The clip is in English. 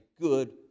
good